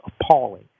appalling